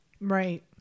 Right